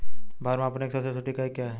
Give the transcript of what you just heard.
भार मापने की सबसे छोटी इकाई क्या है?